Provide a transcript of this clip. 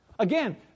Again